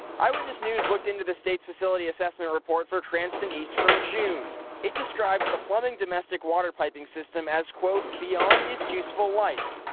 eyewitness news looked into the state's facility assessment report for cranston east from june. however it describes the plumbing domestic water piping system as quote beyond it's useful life.